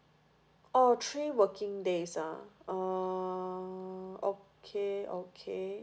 oh three working days ah err okay okay